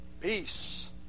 Peace